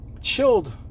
chilled